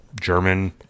German